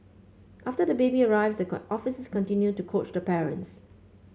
after the baby arrives the can officers continue to coach the parents